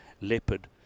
leopard